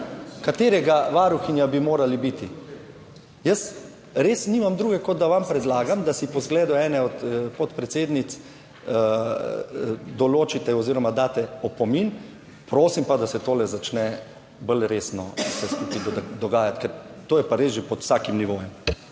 katerega varuhinja bi morali biti. Jaz res nimam druge kot da vam predlagam, da si po zgledu ene od podpredsednic določite oziroma daste opomin. Prosim pa, da se to začne bolj resno vse skupaj dogajati, ker to je pa res že pod vsakim nivojem.